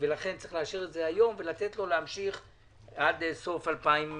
ולכן צריך לאשר את זה היום ולתת לו להמשיך עד סוף 2023